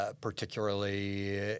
Particularly